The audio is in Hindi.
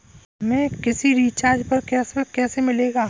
हमें किसी रिचार्ज पर कैशबैक कैसे मिलेगा?